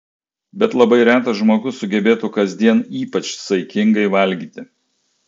bet labai retas žmogus sugebėtų kasdien ypač saikingai valgyti